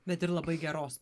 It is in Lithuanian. bet ir labai geros